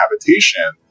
habitation